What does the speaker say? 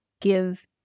give